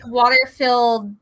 water-filled